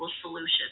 solution